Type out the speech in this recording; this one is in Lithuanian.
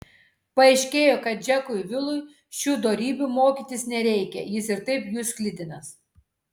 paaiškėjo kad džekui vilui šių dorybių mokytis nereikia jis ir taip jų sklidinas